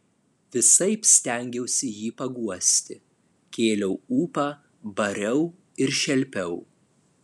visaip stengiausi jį paguosti kėliau ūpą bariau ir šelpiau